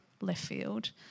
left-field